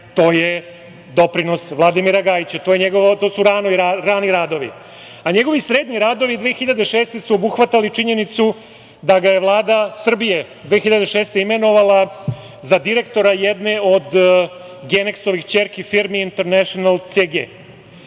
to je doprinos Vladimira Gajića, to su njegovi rani radovi. Njegovi srednji radovi 2006. godine su obuhvatali činjenicu da ga je Vlada Srbije 2006. godine imenovala za direktora jedne od Geneksovih ćerki firmi „International CG“,